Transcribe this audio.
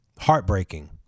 heartbreaking